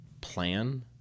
plan